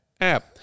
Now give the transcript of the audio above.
app